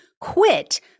quit